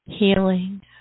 healing